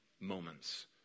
moments